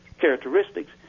characteristics